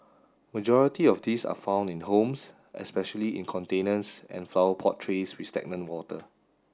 majority of these are found in homes especially in containers and flower pot trays with stagnant water